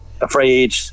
afraid